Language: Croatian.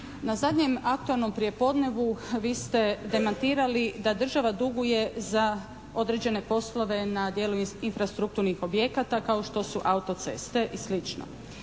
na zadnjem “aktualnom prijepodnevu“ vi ste demantirali da država duguje za određene poslove na dijelu infrastrukturnih objekata kao što su auto-ceste i